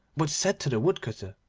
but said to the woodcutter,